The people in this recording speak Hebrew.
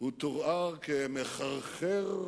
הוא תואר כמחרחר מדון,